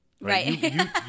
Right